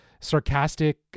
sarcastic